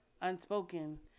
unspoken